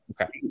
Okay